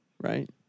right